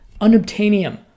unobtainium